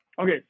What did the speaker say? Okay